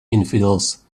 infidels